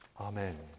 amen